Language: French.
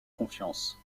confiance